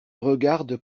regardes